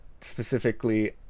specifically